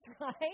right